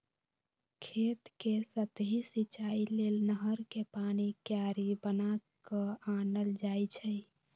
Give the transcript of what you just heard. खेत कें सतहि सिचाइ लेल नहर कें पानी क्यारि बना क आनल जाइ छइ